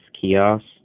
kiosk